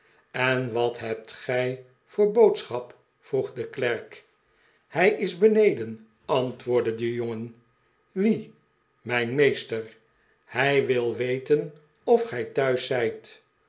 en wat hebt gij voor boodschap vroeg de klerk hij is beneden antwoordde de jongen wie mijn meester hij wil weten of gij thuiszijt